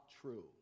true